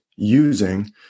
using